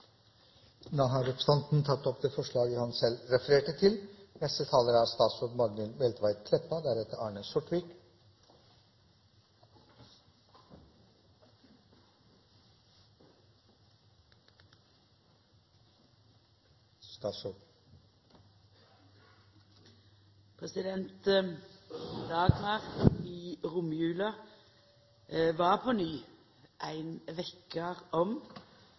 da tatt opp det forslaget han refererte. Uvêret «Dagmar» i romjula var på ny ei påminning om